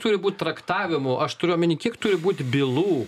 turi būt traktavimų aš turiu omeny kiek turi būt bylų